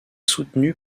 soutenu